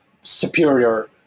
superior